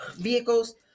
vehicles